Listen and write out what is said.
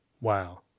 wow